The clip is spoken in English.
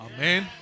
Amen